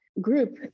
group